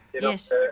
Yes